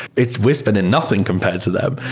it's whispered and nothing compared to them.